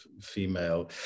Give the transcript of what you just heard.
female